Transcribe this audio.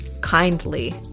kindly